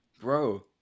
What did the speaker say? bro